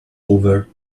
over